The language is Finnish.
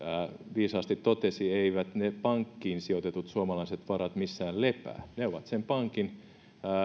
viisaasti totesi eivät ne pankkiin sijoitetut suomalaiset varat missään lepää ne ovat sen pankin